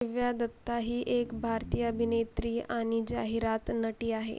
दिव्या दत्ता ही एक भारतीय अभिनेत्री आणि जाहिरात नटी आहे